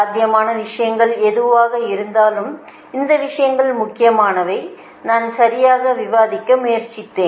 சாத்தியமான விஷயங்கள் எதுவாக இருந்தாலும் இந்த விஷயங்கள் முக்கியமானவை நான் சரியாக விவாதிக்க முயற்சித்தேன்